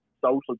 social